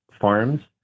farms